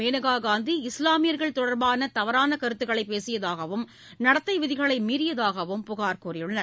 மேனகா காந்தி இஸ்லாமியர்கள் தொடர்பான கருத்துக்களை பேசியதாகவும் நடத்தை விதிகளை மீறியதாகவும் புகார் கூறியுள்ளனர்